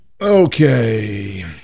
okay